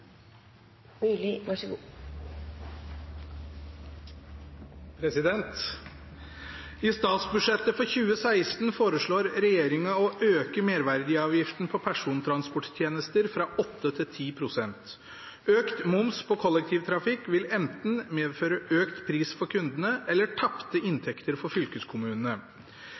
statsbudsjettet for 2016 foreslår regjeringen å øke merverdiavgiften på persontransporttjenester fra 8 til 10 pst. Økt moms på kollektivtrafikk vil enten medføre økt pris for kundene eller tapte